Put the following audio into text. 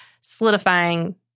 solidifying